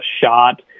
shot